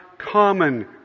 common